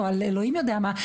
או על אלוהים יודע מה,